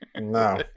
No